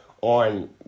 on